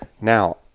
now